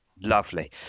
lovely